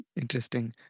Interesting